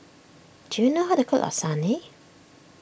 do you know how to cook Lasagne